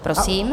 Prosím.